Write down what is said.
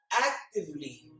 actively